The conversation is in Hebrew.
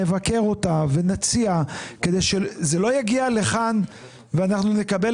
נבקר אותה ונציע כדי שזה לא יגיע לכאן ואנחנו נקבל